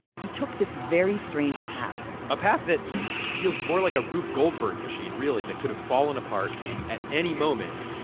he took this very strange path a path that feels more like a rube goldberg machine, really, that could have fallen apart at any moment.